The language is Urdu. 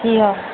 جی ہاں